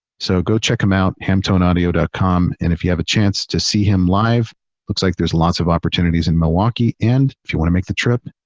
so go check him out, hamtoneaudio com. and if you have a chance to see him live looks like there's lots of opportunities in milwaukee, and if you want to make the trip,